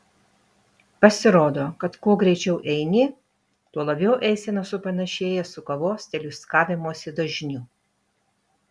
pasirodo kad kuo greičiau eini tuo labiau eisena supanašėja su kavos teliūskavimosi dažniu